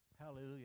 Hallelujah